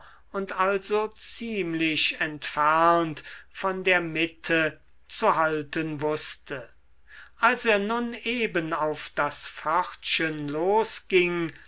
und also ziemlich entfernt von der mitte zu halten wußte als er nun eben auf das pförtchen losging